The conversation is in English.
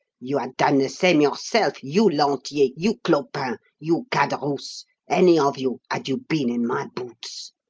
you had done the same yourself you, lantier you, clopin you, cadarousse any of you had you been in my boots,